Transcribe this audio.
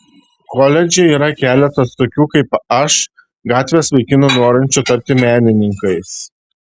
koledže yra keletas tokių kaip aš gatvės vaikinų norinčių tapti menininkais